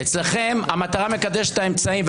אצלכם המטרה מקדשת את האמצעים,